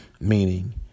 meaning